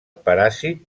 paràsit